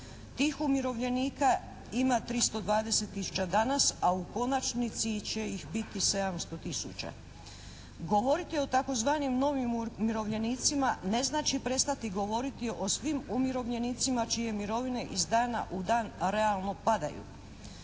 Tih umirovljenika ima 320 tisuća danas, a u konačnici će ih biti 700 tisuća. Govoriti o tzv. novim umirovljenicima ne znači prestati govoriti o svim umirovljenicima čije mirovine iz dana u dan realno padaju.